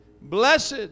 Blessed